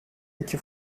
iki